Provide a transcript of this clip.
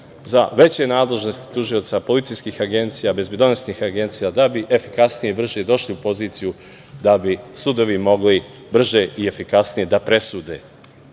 za veće nadležnosti tužioca policijskih agencija, bezbedonosnih agencija da bi efikasnije i brže došli u poziciju da bi sudovi mogli brže i efikasnije da presude.